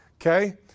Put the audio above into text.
okay